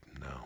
No